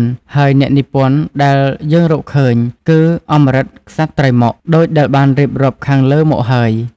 ៩ ហើយអ្នកនិពន្ធដែលយើងរកឃើញ គឺអម្រឹតក្សត្រីម៉ុក ដូចដែលបានរៀបរាប់ខាងលើមកហើយ។